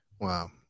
Wow